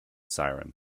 siren